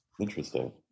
Interesting